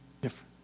different